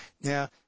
Now